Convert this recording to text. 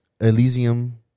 Elysium